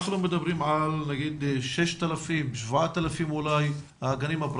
אנחנו מדברים על 6,000, אולי 7,000 גנים פרטיים.